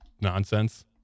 nonsense